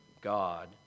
God